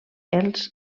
els